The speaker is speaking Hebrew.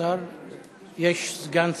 סגן שר.